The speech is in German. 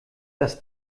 das